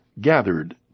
gathered